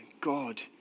God